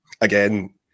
again